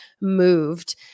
moved